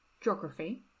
Geography